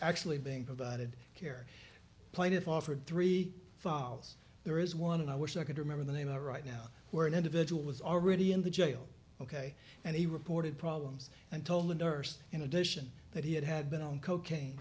actually being provided care plaintiff offered three false there is one and i wish i could remember the name out right now where an individual was already in the jail ok and he reported problems and told the nurse in addition that he had been on cocaine